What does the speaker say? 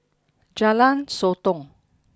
Jalan Sotong